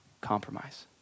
compromise